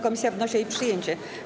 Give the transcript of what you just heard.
Komisja wnosi o jej przyjęcie.